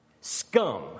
scum